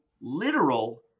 literal